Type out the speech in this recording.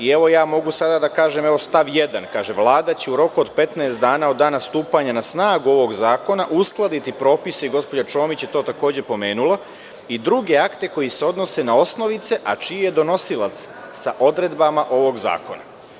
Evo, ja mogu sada da kažem, stav 1. kaže – Vlada će u roku od 15 dana od dana stupanja na snagu ovog zakona uskladiti propise, i gospođa Čomić je to takođe pomenula, i druge akte koji se odnose na osnovice, a čiji je donosilac sa odredbama ovog zakona.